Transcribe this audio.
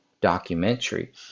documentary